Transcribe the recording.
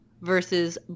versus